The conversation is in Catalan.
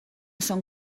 són